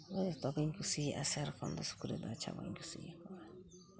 ᱤᱧ ᱫᱚ ᱡᱚᱛᱚᱜᱤᱧ ᱠᱩᱥᱰᱤᱭᱟᱜᱼᱟ ᱥᱮᱨᱚᱠᱚᱢ ᱫᱚ ᱥᱩᱠᱨᱤ ᱫᱚ ᱟᱪᱪᱷᱟ ᱵᱟᱹᱧ ᱠᱩᱥᱤᱭᱟᱠᱚᱣᱟ